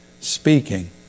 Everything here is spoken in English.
speaking